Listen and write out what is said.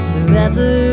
Forever